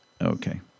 Okay